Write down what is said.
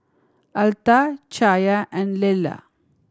Altha Chaya and Lella